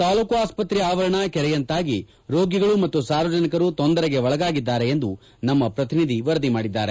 ತಾಲೂಕು ಆಸ್ತ್ರೆಯ ಆವರಣ ಕೆರೆಯಂತಾಗಿ ರೋಗಿಗಳು ಮತ್ತು ಸಾರ್ವಜನಿಕರು ತೊಂದರೆಗೆ ಒಳಗಾಗಿದ್ದಾರೆ ಎಂದು ನಮ್ಮ ಪ್ರತಿನಿಧಿ ವರದಿ ಮಾಡಿದ್ದಾರೆ